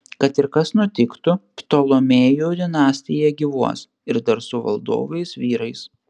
kad ir kas nutiktų ptolemėjų dinastija gyvuos ir dar su valdovais vyrais